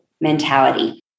mentality